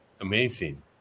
Amazing